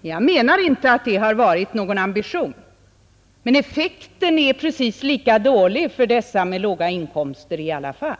Jag menar inte att det har varit någon ambition, men effekten är precis lika dålig för dessa med låga inkomster i alla fall.